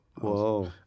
Whoa